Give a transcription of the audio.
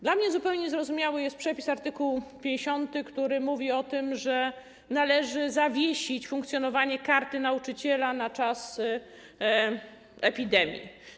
Dla mnie zupełnie niezrozumiały jest przepis art. 50, który mówi o tym, że należy zawiesić funkcjonowanie Karty Nauczyciela na czas epidemii.